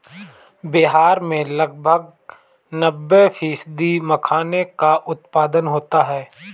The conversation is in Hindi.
बिहार में लगभग नब्बे फ़ीसदी मखाने का उत्पादन होता है